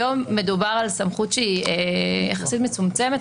היום מדובר על סמכות שהיא יחסית מצומצמת,